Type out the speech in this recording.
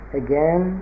again